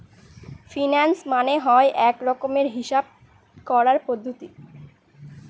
finance মানে হয় এক রকমের হিসাব করার পদ্ধতি